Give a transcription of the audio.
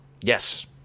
Yes